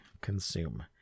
consume